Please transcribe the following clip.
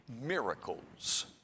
miracles